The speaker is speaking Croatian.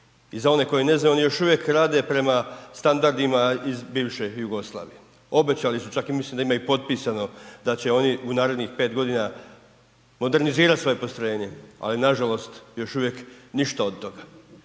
I za one koji ne znaju, oni još uvijek rade prema standardima iz bivše Jugoslavije. Obećali su, čak i mislim da ima i potpisano da će oni u narednih 5 godina modernizirati svoje postrojenje, ali nažalost, još uvijek ništa od toga.